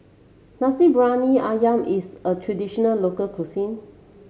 Nasi Briyani ayam is a traditional local cuisine